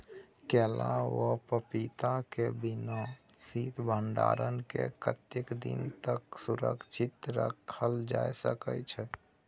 केला आ पपीता के बिना शीत भंडारण के कतेक दिन तक सुरक्षित रखल जा सकै छै?